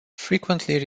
frequently